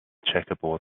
checkerboard